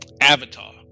avatar